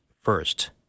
first